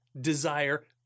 desire